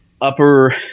upper